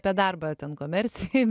apie darbą ten komercijai